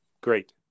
Great